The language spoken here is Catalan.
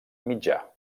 mitjà